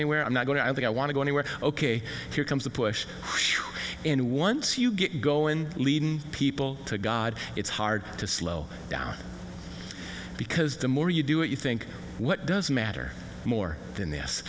anywhere i'm not going to i think i want to go anywhere ok here comes the push and once you get go and lead people to god it's hard to slow down because the more you do it you think what does matter more than this